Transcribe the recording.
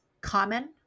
common